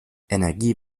energie